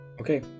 okay